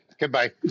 goodbye